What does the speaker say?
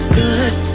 good